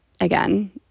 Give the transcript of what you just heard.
again